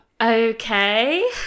Okay